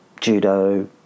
judo